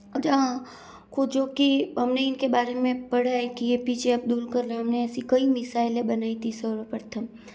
अच्छा हाँ खोजों की हम ने इनके बारे में पढ़ा है कि ऐ पी जे अब्दुल कलाम ने ऐसी कई मिसाइलें बनाई थी सर्वप्रथम